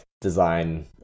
design